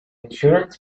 insurance